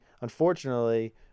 unfortunately